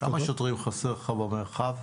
כמה שוטרים חסרים לך במרחב?